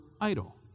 idle